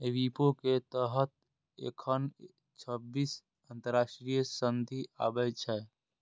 विपो के तहत एखन छब्बीस अंतरराष्ट्रीय संधि आबै छै